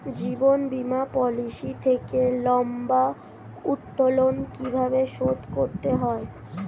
জীবন বীমা পলিসি থেকে লম্বা উত্তোলন কিভাবে শোধ করতে হয়?